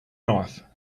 knife